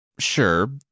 Sure